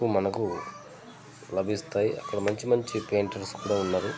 మనకు లభిస్తాయి అక్కడ మంచి మంచి పెయింటర్స్ కుడా ఉన్నారు